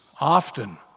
often